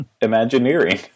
Imagineering